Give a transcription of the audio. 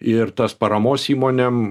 ir tas paramos įmonėm